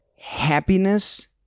happiness